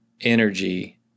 energy